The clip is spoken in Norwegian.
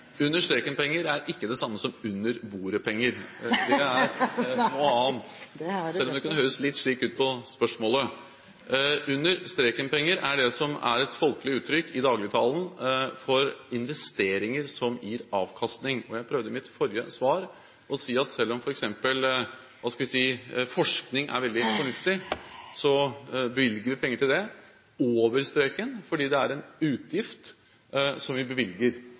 er ikke det samme som under-bordet-penger, det er noe annet Det har du rett i. – selv om spørsmålet kan høres litt slik ut. Under-streken-penger er det som i dagligtalen er et folkelig uttrykk for investeringer som gir avkastning. Jeg prøvde i mitt forrige svar å si at selv om f.eks. forskning er veldig fornuftig, bevilger vi penger til dette over streken fordi det er en utgift vi bevilger.